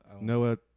Noah